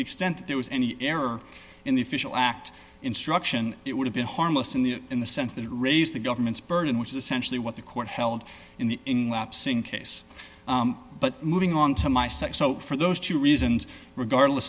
the extent that there was any error in the official act instruction it would have been harmless in the in the sense that it raised the government's burden which is essentially what the court held in the in lapsing case but moving on to my side so for those two reasons regardless